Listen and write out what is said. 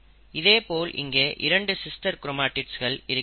இதேபோல் இங்கே இரண்டு சிஸ்டர் கிரோமடிட்ஸ்கள் இருக்கின்றன